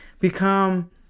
become